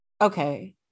Okay